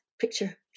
picture